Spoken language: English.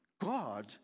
God